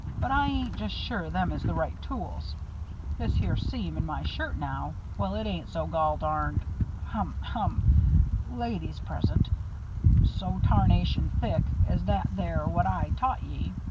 but i ain't just sure them is the right tools this here seam in my shirt now well, it ain't so goldarned hum hum ladies present so tarnation thick as that there what i taught ye.